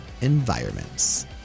environments